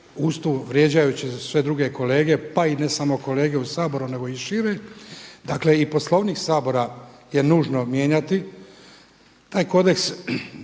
tu vrijeđajući sve druge kolege, pa i ne samo kolege u Saboru nego i šire, dakle i Poslovnik Sabora je nužno mijenjati. Taj kodeks